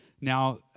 Now